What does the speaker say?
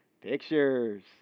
pictures